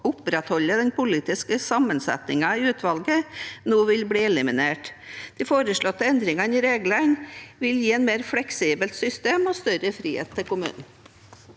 opprettholde den politiske sammensettingen i utvalget, nå vil bli eliminert. De foreslåtte endringene i reglene vil gi et mer fleksibelt system og større frihet til kommunene.